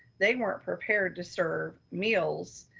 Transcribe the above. they weren't prepared to serve meals,